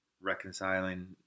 reconciling